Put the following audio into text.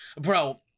bro